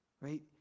Right